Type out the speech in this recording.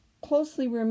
closely